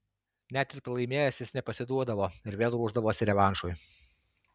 net ir pralaimėjęs jis nepasiduodavo ir vėl ruošdavosi revanšui